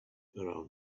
around